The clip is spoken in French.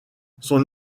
son